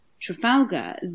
trafalgar